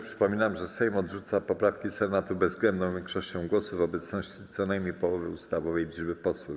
Przypominam, że Sejm odrzuca poprawki Senatu bezwzględną większością głosów w obecności co najmniej połowy ustawowej liczby posłów.